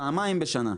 פעמיים בשנה.